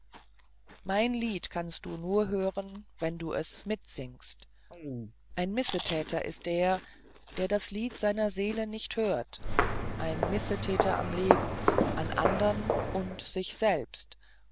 mein lied kannst du nur hören wenn du es mitsingst ein missetäter ist der der das lied seiner seele nicht hört ein missetäter am leben an andern und an sich selbst